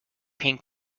pink